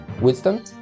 wisdom